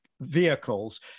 vehicles